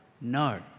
no